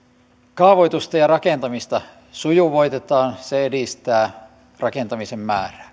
kaavoitusta ja rakentamista sujuvoitetaan se edistää rakentamisen määrää